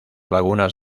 lagunas